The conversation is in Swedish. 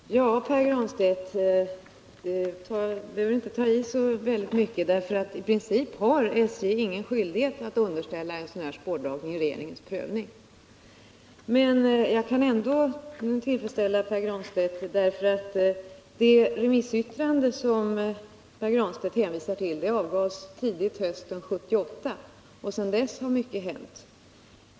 Herr talman! Herr Granstedt behöver inte ta i så väldigt — i princip har statens järnvägar ingen skyldighet att underställa en sådan här spårdragning regeringens prövning. Men jag kan ändå lugna Pär Granstedt. Det remissyttrande som Pär Granstedt hänvisar till avgavs tidigt hösten 1978, och sedan dess har mycket hänt.